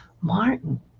Martin